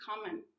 common